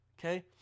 okay